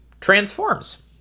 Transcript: transforms